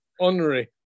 Honorary